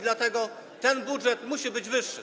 Dlatego ten budżet musi być wyższy.